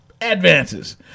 Advances